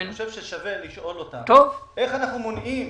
אני חושב ששווה לשאול אותם איך אנחנו מונעים